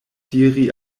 diri